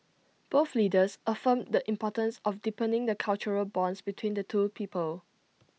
both leaders reaffirmed the importance of deepening the cultural bonds between the two peoples